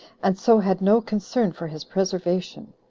and so had no concern for his preservation.